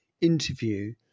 interview